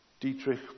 Dietrich